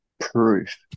Proof